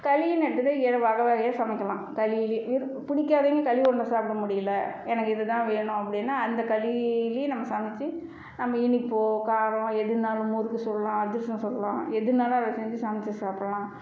களின்னு எடுத்துக்கிட்டால் வகை வகையாக சமைக்கலாம் களி பிடிக்காதவைங்க களி உருண்டை சாப்பிட முடியல எனக்கு இது தான் வேணும் அப்படின்னா அந்த களியையும் நம்ம சமைத்து நம்ப இனிப்போ காரம் எதுனாலும் முறுக்கு சுடலாம் அதிரசம் சுடலாம் எதுனாலும் அதில் செஞ்சு சமைத்து சாப்பிட்லாம்